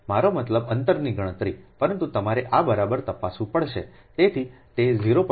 મારો મતલબ અંતરની ગણતરી પરંતુ તમારે આ બરાબર તપાસવું પડશે